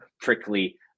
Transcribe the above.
prickly